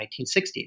1960s